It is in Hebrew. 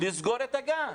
לסגור את הגן.